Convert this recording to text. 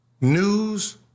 news